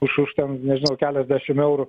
už už ten nežinau keliasdešim eurų